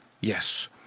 Yes